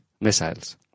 missiles